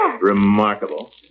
Remarkable